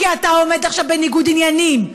כי אתה עומד עכשיו בניגוד עניינים,